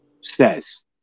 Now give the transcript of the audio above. says